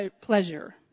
pleasure